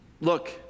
Look